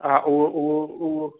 हा उहो उहो उहो